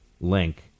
link